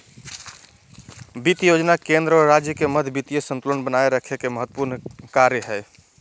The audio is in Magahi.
वित्त योजना केंद्र और राज्य के मध्य वित्तीय संतुलन बनाए रखे के महत्त्वपूर्ण कार्य हइ